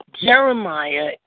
Jeremiah